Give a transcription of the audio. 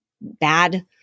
bad